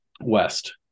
West